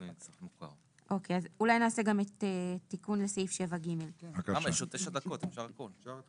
תיקון סעיף 7ג בסעיף 7ג(ב) לחוק העיקרי,